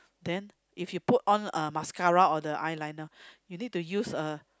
then if you put on uh mascara or the eyeliner you need to use a